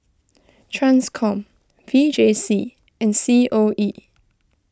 Transcom V J C and C O E